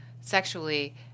sexually